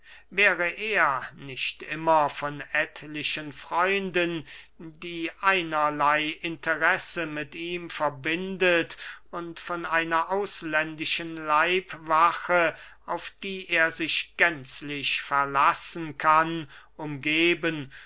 wäre er nicht immer von etlichen freunden die einerley interesse mit ihm verbindet und von einer ausländischen leibwache auf die er sich gänzlich verlassen kann umgeben